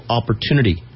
opportunity